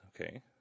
okay